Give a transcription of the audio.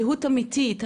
זהות אמיתית.